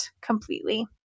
completely